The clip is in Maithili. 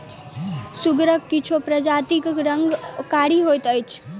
सुगरक किछु प्रजातिक रंग कारी होइत अछि